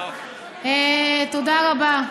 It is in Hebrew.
תודה רבה.